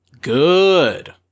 Good